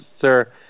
sir